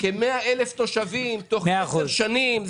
כ-100,000 תושבים תוך 10 שנים.